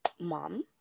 mom